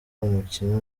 umukinnyi